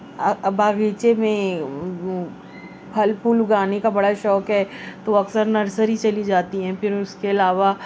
باغیچے میں پھل پھول اگانے کا بڑا شوق ہے تو وہ اکثر نرسری چلی جاتی ہیں پھر اس کے علاوہ